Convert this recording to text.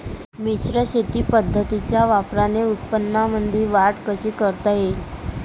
मिश्र शेती पद्धतीच्या वापराने उत्पन्नामंदी वाढ कशी करता येईन?